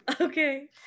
Okay